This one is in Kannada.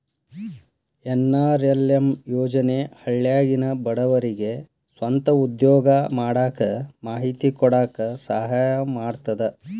ಎನ್.ಆರ್.ಎಲ್.ಎಂ ಯೋಜನೆ ಹಳ್ಳ್ಯಾಗಿನ ಬಡವರಿಗೆ ಸ್ವಂತ ಉದ್ಯೋಗಾ ಮಾಡಾಕ ಮಾಹಿತಿ ಕೊಡಾಕ ಸಹಾಯಾ ಮಾಡ್ತದ